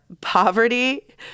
poverty